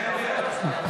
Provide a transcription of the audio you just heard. כן, כן.